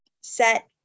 set